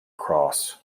cross